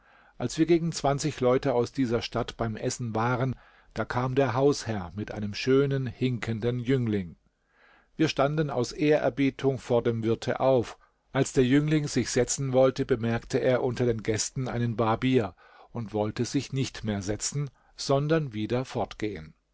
als wir gegen zwanzig leute aus dieser stadt beim essen waren da kam der hausherr mit einem schönen hinkenden jüngling wir standen aus ehrerbietung vor dem wirte auf als der jüngling sich setzen wollte bemerkte er unter den gästen einen barbier und wollte sich nicht mehr setzen sondern wieder fortgehen